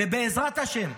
ובעזרת השם,